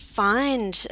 find